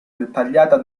dettagliata